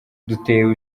dutewe